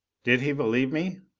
did he believe me?